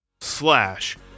slash